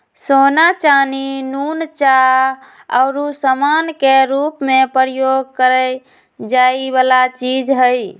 सोना, चानी, नुन, चाह आउरो समान के रूप में प्रयोग करए जाए वला चीज हइ